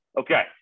Okay